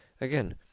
again